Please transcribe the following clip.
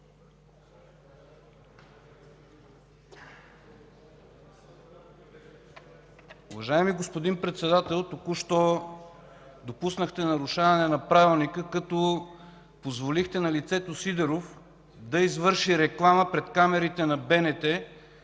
Уважаеми господин Председател, току-що допуснахте нарушаване на Правилника, като позволихте на лицето Сидеров да извърши реклама пред камерите на БНТ